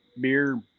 beer